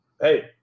hey